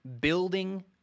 building